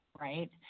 right